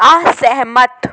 असहमत